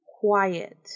quiet